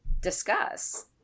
discuss